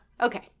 Okay